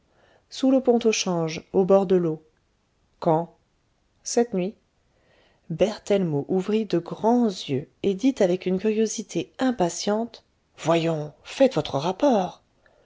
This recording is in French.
sous le pont au change au bord de l'eau quand cette nuit berthellemot ouvrit de grands yeux et dit avec une curiosité impatiente voyons faites votre rapport